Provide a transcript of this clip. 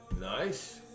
Nice